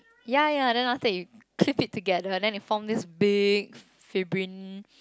ya ya then after that you clip it together then it forms this big fibrin